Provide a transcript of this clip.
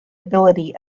ability